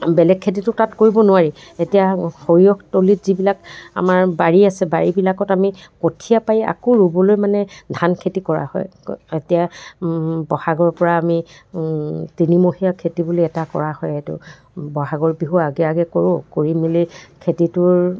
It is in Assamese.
বেলেগ খেতিতো তাত কৰিব নোৱাৰি এতিয়া সৰিয়হতলীত যিবিলাক আমাৰ বাৰী আছে বাৰীবিলাকত আমি কঠীয়া পাৰি আকৌ ৰুবলৈ মানে ধান খেতি কৰা হয় এতিয়া বহাগৰ পৰা আমি তিনিমহীয়া খেতি বুলি এটা কৰা হয় এইটো বহাগৰ বিহু আগে আগে কৰোঁ কৰি মেলি খেতিটোৰ